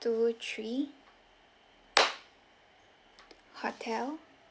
two three hotel